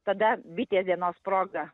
tada bitės dienos proga